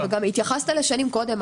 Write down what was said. וגם התייחסת לשנים קודם.